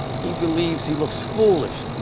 he believes he looks foolish.